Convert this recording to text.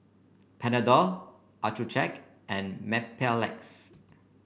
Panadol Accucheck and Mepilex